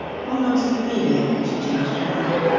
almost immediately she changed her mind.